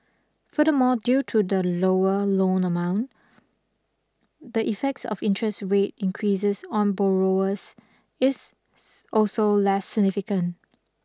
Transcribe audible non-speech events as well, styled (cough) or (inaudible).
furthermore due to the lower loan amount the effects of interest rate increases on borrowers is (unintelligible) also less significant